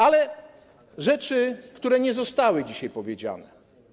Ale rzeczy, które nie zostały dzisiaj powiedziane.